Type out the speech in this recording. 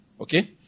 Okay